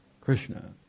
Krishna